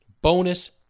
Bonus